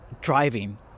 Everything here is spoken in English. driving